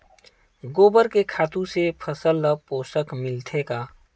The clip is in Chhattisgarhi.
गोबर के खातु से फसल ल पोषण मिलथे का?